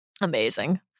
Amazing